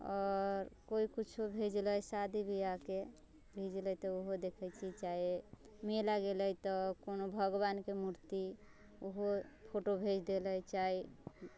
आओर कोइ किछु भेलै शादी बिआहके भेजलै तऽ ओहो देखैत छी चाहे मेला गेलै तऽ कोनो भगवानके मूर्ति ओहो फोटो भेज देलै चाहे